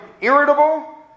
irritable